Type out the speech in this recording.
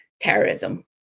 terrorism